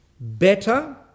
Better